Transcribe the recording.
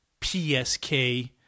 PSK